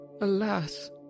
Alas